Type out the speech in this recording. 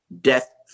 death